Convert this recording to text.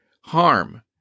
harm